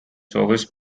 service